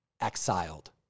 Exiled